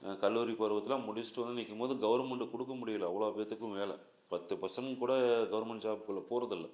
கல்லூரி பருவத்தைலாம் முடிச்சுட்டு வந்து நிற்கும்போது கவர்மெண்ட்டு கொடுக்க முடியல அவ்வளோ பேர்த்துக்கும் வேலை பத்து பர்சண்ட் கூட கவர்மெண்ட் ஜாபுக்குள்ள போகிறதில்ல